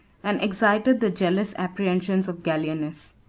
and excited the jealous apprehensions of gallienus.